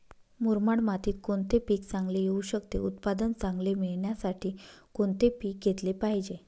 मुरमाड मातीत कोणते पीक चांगले येऊ शकते? उत्पादन चांगले मिळण्यासाठी कोणते पीक घेतले पाहिजे?